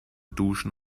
duschen